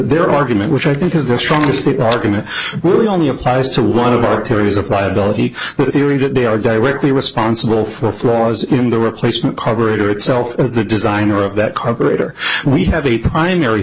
their argument which i think is the strongest argument really only applies to one of our theories of liability theory that they are directly responsible for flaws in the replacement carburetor itself as the designer of that carburetor we have a primary